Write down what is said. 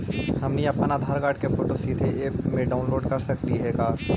हमनी अप्पन आधार कार्ड के फोटो सीधे ऐप में अपलोड कर सकली हे का?